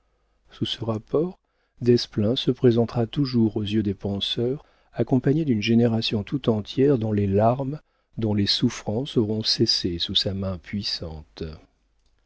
sous ce rapport desplein se présentera toujours aux yeux des penseurs accompagné d'une génération tout entière dont les larmes dont les souffrances auront cessé sous sa main puissante